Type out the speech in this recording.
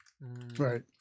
right